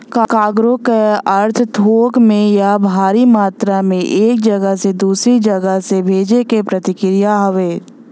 cargo क अर्थ थोक में या भारी मात्रा में एक जगह से दूसरे जगह से भेजे क प्रक्रिया हउवे